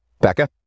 Becca